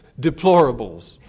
deplorables